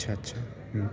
আচ্ছা আচ্ছা